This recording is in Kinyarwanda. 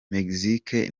mexique